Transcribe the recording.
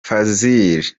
fazil